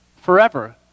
forever